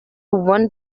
one